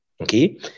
Okay